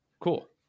cool